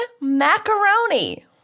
Macaroni